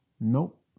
Nope